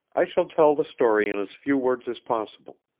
i shall tell the story in as few words as possible,